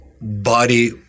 body